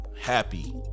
happy